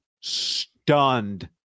stunned